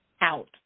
out